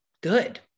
good